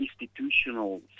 institutional